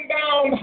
down